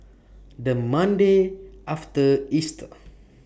The Monday after Easter